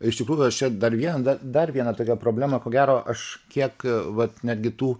iš tikrųjų aš čia dar vieną dar vieną tokią problemą ko gero aš kiek vat netgi tų